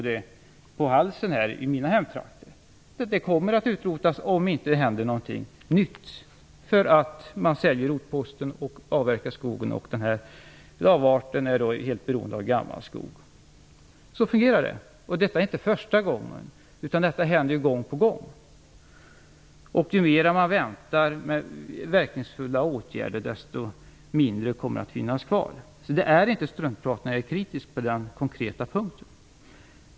Den kommer att utrotas om det inte händer något nytt. Man säljer rotposten och avverkar skogen. Den här lavarten är dock helt beroende av gammal skog. Så fungerar det. Detta är inte första gången. Detta händer gång på gång. Ju längre man väntar med verkningsfulla åtgärder, desto mindre kommer det att finnas kvar. Det är inte struntprat. Jag är kritisk på den konkreta punkten.